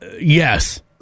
yes